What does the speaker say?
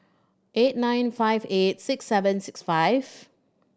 eight nine five eight six seven six five